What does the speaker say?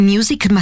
Music